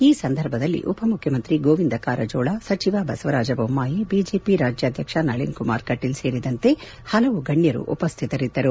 ಈ ಸಂದರ್ಭದಲ್ಲಿ ಉಪಮುಖ್ಯಮಂತ್ರಿ ಗೋವಿಂದ ಕಾರಜೋಳ ಸಚಿವ ಬಸವರಾಜ ಬೊಮ್ಮಾಯಿ ಬಿಜೆಪಿ ರಾಜ್ಯಾಧ್ಯಕ್ಷ ನಳೀನ್ ಕುಮಾರ್ ಕಟೀಲ್ ಸೇರಿದಂತೆ ಪಲವು ಗಣ್ಣರು ಉಪಸ್ಟಿತರಿದ್ದರು